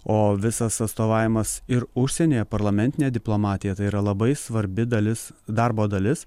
o visas atstovavimas ir užsienyje parlamentinė diplomatija tai yra labai svarbi dalis darbo dalis